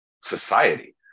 society